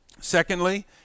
secondly